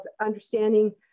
understanding